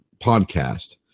podcast